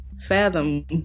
fathom